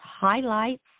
highlights